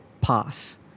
pass